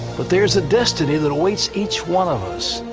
but there is a destiny that awaits each one of us,